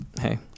hey